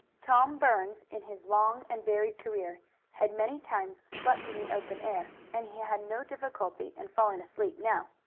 tom burns in his long and varied career had many times slept in the open air, and he had no difficulty in falling asleep now,